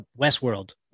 Westworld